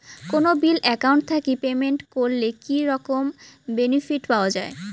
কোনো bill account থাকি payment করলে কি রকম বেনিফিট পাওয়া য়ায়?